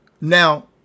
Now